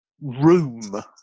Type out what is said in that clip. room